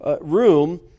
room